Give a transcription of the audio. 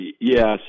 Yes